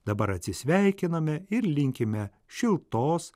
dabar atsisveikiname ir linkime šiltos